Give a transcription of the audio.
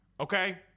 Okay